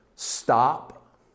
stop